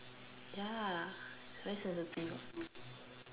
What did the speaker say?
ya is very sensitive ah